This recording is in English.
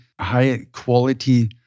high-quality